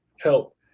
help